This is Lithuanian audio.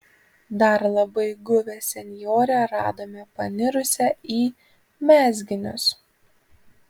dar labai guvią senjorę radome panirusią į mezginius